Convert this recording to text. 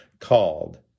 called